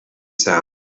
sound